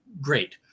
Great